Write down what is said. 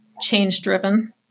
change-driven